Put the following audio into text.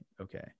okay